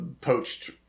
poached